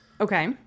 Okay